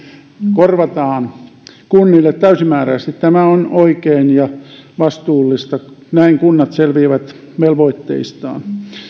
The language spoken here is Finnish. korvataan kunnille täysimääräisesti tämä on oikein ja vastuullista näin kunnat selviävät velvoitteistaan